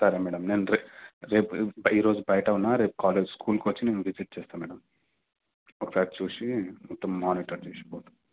సరే మేడమ్ నేను రేపు రేపు ఈరోజు బయట ఉన్నా రపు కాలేజ్ స్కూల్కొచ్చి విజిట్ చేస్తా మేడమ్ ఒకసారి చూసి మొత్తం మానిటర్ చేసి పోతా